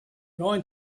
going